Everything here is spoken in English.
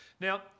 Now